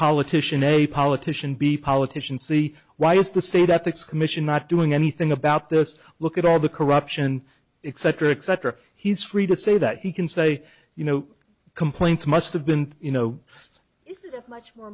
politician a politician be politician see why is the state ethics commission not doing anything about this look at all the corruption eccentric cetera he's free to say that he can say you know complaints must have been you know is that much more